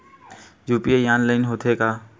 UPI online होथे का?